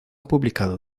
publicado